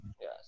Yes